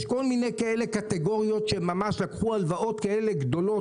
יש כל מיני קטגוריות כאלה שממש לקחו הלוואות כאלה גדולות